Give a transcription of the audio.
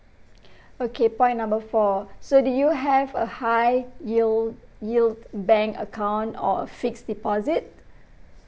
okay point number four so do you have a high yield yield bank account or a fixed deposit